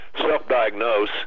self-diagnose